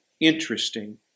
interesting